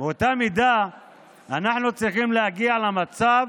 באותה מידה אנחנו צריכים להגיע למצב